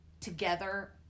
together